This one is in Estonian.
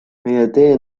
meie